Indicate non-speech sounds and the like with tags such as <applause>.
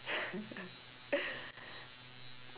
<laughs>